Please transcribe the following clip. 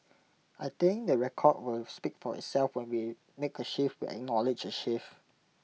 I think the record will speak for itself when we make A shift we acknowledge A shift